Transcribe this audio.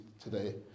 today